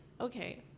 okay